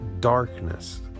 darkness